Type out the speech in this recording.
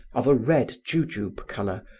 of a red jujube color,